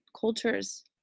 cultures